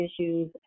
issues